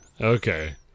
Okay